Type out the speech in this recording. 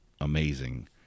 amazing